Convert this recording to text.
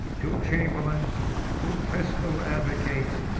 two chamberlains two fiscal advocates,